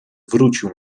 wrócił